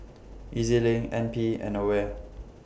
E Z LINK NP and AWARE